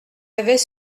avait